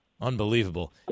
Unbelievable